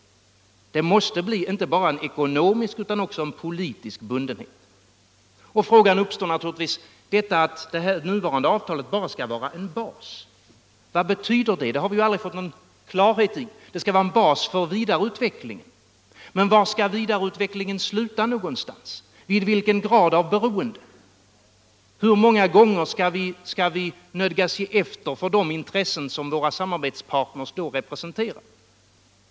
Det måste bli inte bara en ekonomisk utan också en politisk bundenhet. Att det nuvarande avtalet bara skall vara en bas, vad betyder det? Det har vi aldrig fått någon klarhet i. Det skall vara en bas för vidare utveckling, men var skall den vidare utvecklingen sluta? Vid vilken grad av beroende? Hur många gånger skall vi nödgas ge efter för de intressen som våra samarbetspartners då representerar?